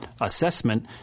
assessment